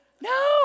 No